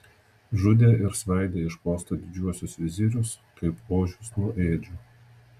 žudė ir svaidė iš postų didžiuosius vizirius kaip ožius nuo ėdžių